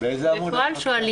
באיזה עמוד את קוראת?